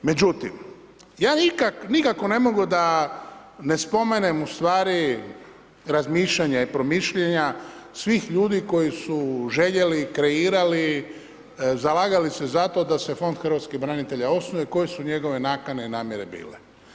Međutim, ja nikako ne mogu da ne spomenem u stvari razmišljanje promišljanja svih ljudi koji su željeli, kreirali, zalagali se za to da se Fond hrvatskih branitelja osnuje, koje su njegove nakane i namjere bile.